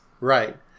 Right